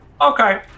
Okay